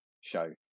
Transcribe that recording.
show